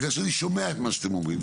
בגלל שאני שומע את מה שאתם אומרים.